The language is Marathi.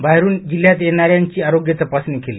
बाहेरून जिल्हात येणाऱ्यांची आरोग्य तपासणी केली